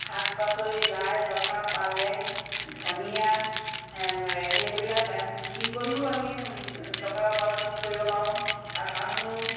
শাক পাচলি লাই লফা পালেং ধনিয়া সেইবিলাক বিক্ৰী কৰিও আমি টকা উপাৰ্জন কৰিব পাৰোঁ আৰু তামোল